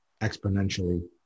exponentially